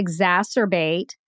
exacerbate